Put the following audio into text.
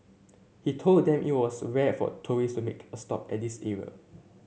he told them it was rare for tourist to make a stop at this era